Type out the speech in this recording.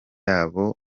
abo